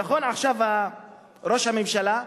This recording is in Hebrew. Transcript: נכון, עכשיו ראש הממשלה,